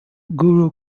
guru